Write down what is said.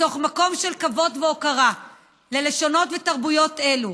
מתוך מקום של כבוד והוקרה ללשונות ותרבויות אלו,